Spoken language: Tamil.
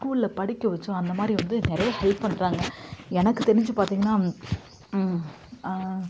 ஸ்கூல்ல படிக்க வச்சோ அந்த மாதிரி வந்து நிறைய ஹெல்ப் பண்ணுறாங்க எனக்கு தெரிஞ்சு பார்த்திங்கன்னா